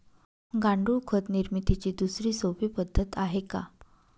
गांडूळ खत निर्मितीची दुसरी सोपी पद्धत आहे का?